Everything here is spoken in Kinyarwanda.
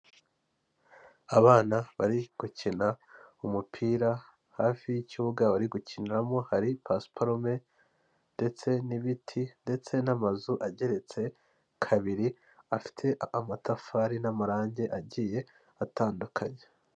Ni ikarita y'abacuruzi baroko ahantu bacuruza ibiryo n'ibinyobwa biri, haba hariho ibiryo n'igiciro cyabyo amafaranga bigura ndetse n'uburyo ugomba kumenya ibyo uhitamo kugira ngo babikuzanire, mu buryo bwo kunoza imikorere yabo.